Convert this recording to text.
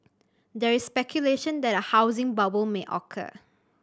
there is speculation that a housing bubble may occur